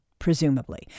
presumably